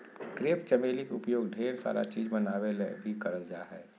crepe चमेली के उपयोग ढेर सारा चीज़ बनावे ले भी करल जा हय